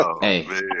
Hey